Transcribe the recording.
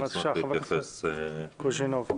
בבקשה, חבר הכנסת קוז'ינוב.